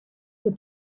the